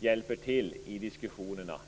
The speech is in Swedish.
hjälper till i diskussionerna.